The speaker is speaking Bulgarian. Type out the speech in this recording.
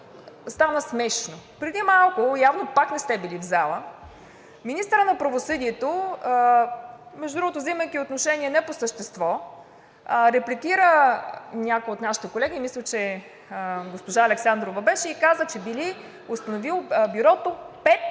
стана смешно. Преди малко, явно пак не сте били в залата, министърът на правосъдието, между другото, взимайки отношение не по същество, репликира някои от нашите колеги – мисля, че беше госпожа Александрова, и каза, че Бюрото било установило